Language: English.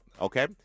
Okay